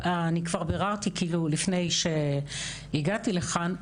אני כבר ביררתי לפני שהגעתי לכאן,